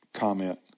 Comment